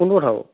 কোনটো কথা বাৰু